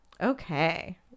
okay